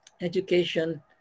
Education